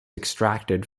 extracted